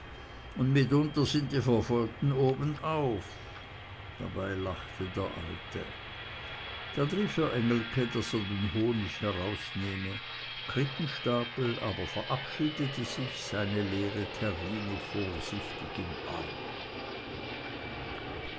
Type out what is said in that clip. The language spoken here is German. und mitunter sind die verfolgten obenauf dabei lachte der alte dann rief er engelke daß er den honig herausnehme krippenstapel aber verabschiedete sich seine leere terrine vorsichtig im arm